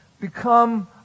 become